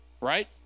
right